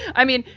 i mean,